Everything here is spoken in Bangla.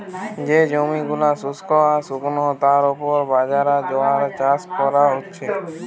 যে জমি গুলা শুস্ক আর শুকনো তার উপর বাজরা, জোয়ার চাষ কোরা হচ্ছে